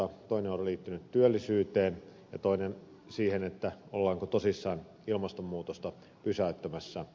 toinen on liittynyt työllisyyteen ja toinen siihen ollaanko tosissaan ilmastonmuutosta pysäyttämässä